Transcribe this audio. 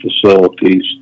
facilities